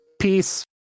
peace